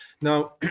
Now